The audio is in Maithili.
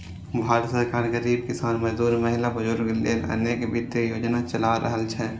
भारत सरकार गरीब, किसान, मजदूर, महिला, बुजुर्ग लेल अनेक वित्तीय योजना चला रहल छै